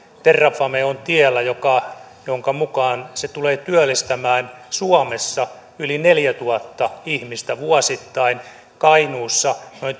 terrafame on tiellä jonka myötä se tulee työllistämään suomessa yli neljätuhatta ihmistä vuosittain kainuussa noin